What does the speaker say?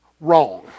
Wrong